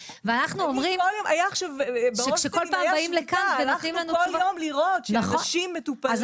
כשהייתה שביתה הלכנו כל יום לראות שאנשים מטופלים,